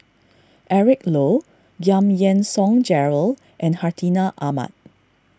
Eric Low Giam Yean Song Gerald and Hartinah Ahmad